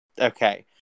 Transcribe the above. Okay